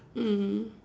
mm